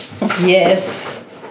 Yes